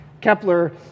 Kepler